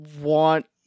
want